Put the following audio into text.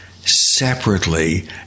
separately